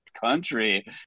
country